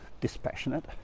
dispassionate